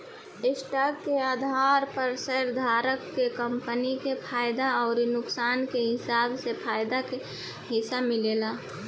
stock के आधार पर शेयरधारक के कंपनी के फायदा अउर नुकसान के हिसाब से फायदा के हिस्सा मिलेला